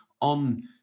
on